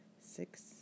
six